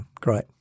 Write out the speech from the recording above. great